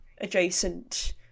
adjacent